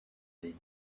they